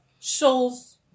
shows